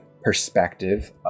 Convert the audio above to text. perspective